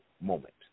moment